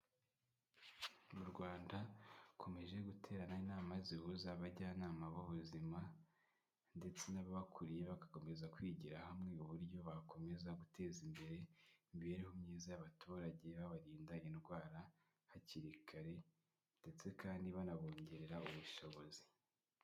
Mu Rwanda hakomeje guterana inama zihuza abajyanama b'ubuzima ndetse n'ababakuriye, bagakomeza kwigira hamwe uburyo bakomeza guteza imbere imibereho myiza y'abaturage, babarinda indwara hakiri kare ndetse kandi banabongerera ubushobozi.